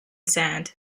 sand